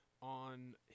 on